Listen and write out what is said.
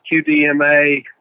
QDMA